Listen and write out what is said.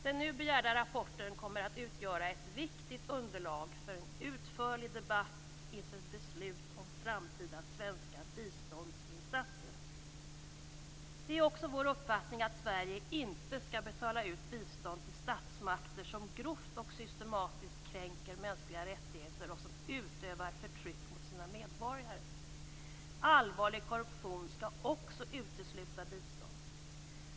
Den nu begärda rapporten kommer att utgöra ett viktigt underlag för en utförlig debatt inför beslut om framtida svenska biståndsinsatser. Det är också vår uppfattning att Sverige inte skall betala ut bistånd till statsmakter som grovt och systematiskt kränker mänskliga rättigheter och som utövar förtryck mot sina medborgare. Allvarlig korruption skall också utesluta bistånd.